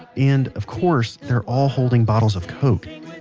and, of course, they're all holding bottles of coke.